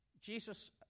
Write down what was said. Jesus